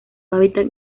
hábitat